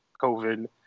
COVID